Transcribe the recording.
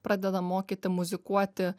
pradedam mokyti muzikuoti